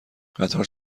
قطار